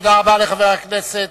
תודה רבה לחבר הכנסת.